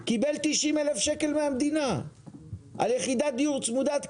הוא קיבל 90,000 שקל מהמדינה על יחידת דיור צמודת קרקע.